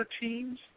teams